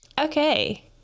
Okay